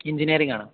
എൻജിനിയറിങ്ങാണോ